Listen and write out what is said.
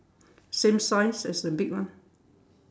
same size as the big one